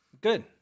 Good